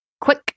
quick